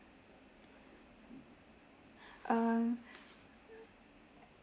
um